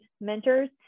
mentors